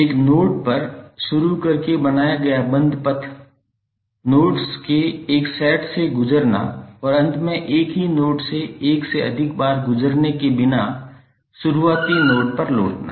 एक नोड पर शुरू करके बनाया गया बंद पथ नोड्स के एक सेट से गुजरना और अंत में एक ही नोड से एक से अधिक बार गुजरने के बिना शुरुआती नोड पर लौटना